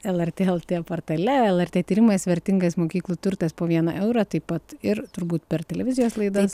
lrt lt portale lrt tyrimais vertingas mokyklų turtas po vieną eurą taip pat ir turbūt per televizijos laidas